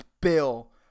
bill